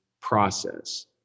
process